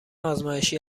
ازمایشی